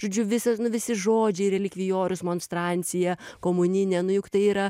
žodžiu visas nu visi žodžiai relikvijorius monstrancija komuninė nu juk tai yra